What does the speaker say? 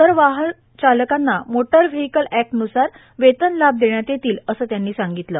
सदर वाहक चालकांना मोटर व्हेइकल अॅक्ट न्सार वेतन लाभ देण्यात येतील असे त्यांनी सांगितले